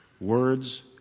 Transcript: Words